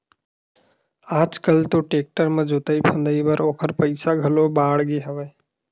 आज कल तो टेक्टर म जोतई फंदई बर ओखर पइसा घलो बाड़गे हवय